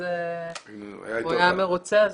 אז הוא היה מרוצה.